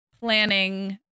planning